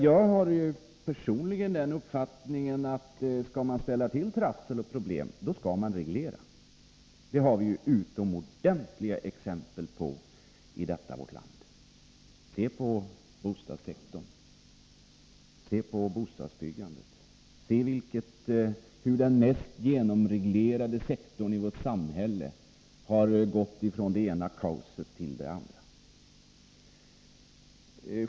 Jag har personligen den uppfattningen att skall man ställa till trassel och problem, då skall man reglera. Det har vi ju utomordentliga exempel på i detta vårt land. Se på bostadssektorn, se på bostadsbyggandet, se hur den mest genomreglerade sektorn i vårt samhälle har gått från det ena kaoset till det andra!